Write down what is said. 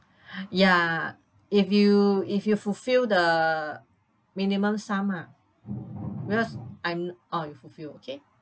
ya if you if you fulfill the minimum sum ah because I'm oh you fulfill okay